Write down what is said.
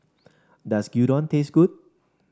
does Gyudon taste good